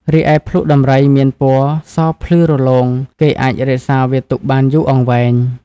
រីឯ ភ្លុកដំរីមានពណ៌សភ្លឺរលោង គេអាចរក្សាវាទុកបានយូរអង្វែង។